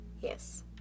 yes